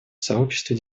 сообществе